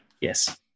Yes